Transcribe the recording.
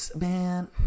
man